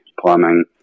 Plumbing